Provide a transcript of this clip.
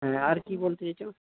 হ্যাঁ আর কি বলতে চাইছো